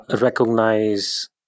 recognize